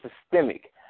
systemic